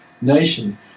nation